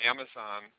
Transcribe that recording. Amazon